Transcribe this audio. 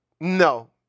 No